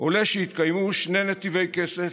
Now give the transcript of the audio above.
עולה שהתקיימו שני נתיבי כסף,